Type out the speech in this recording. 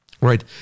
right